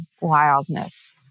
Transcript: wildness